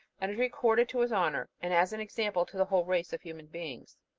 and is recorded to his honour, and as an example to the whole race of human beings.